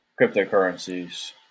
cryptocurrencies